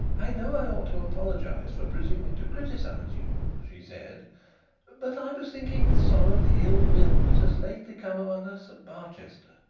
i know i ought to apologise for presuming to criticise you she said but i was thinking with sorrow of the ill-will that has lately come among us at barchester,